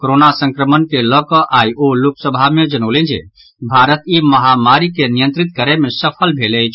corona संक्रमण के लऽ कऽ आई ओ लोकसभा मे जनौलनि जे भारत ई महामारी के नियंत्रित करय मे सफल भेल अछि